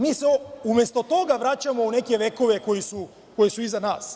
Mi se, umesto toga, vraćamo u neke vekove koji su iza nas.